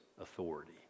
authority